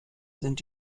sind